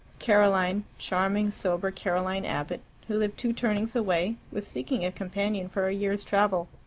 caroline, charming, sober, caroline abbott, who lived two turnings away, was seeking a companion for a year's travel.